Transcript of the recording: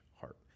heart